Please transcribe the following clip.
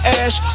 ash